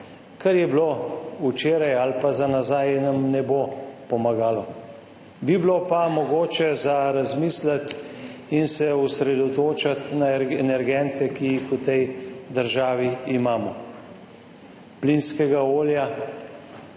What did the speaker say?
Kar je bilo včeraj ali pa v preteklosti, nam ne bo pomagalo. Bi bilo pa mogoče za razmisliti in se osredotočiti na energente, ki jih v tej državi imamo. Plinskega olja,